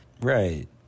Right